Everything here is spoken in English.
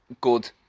good